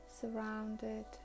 surrounded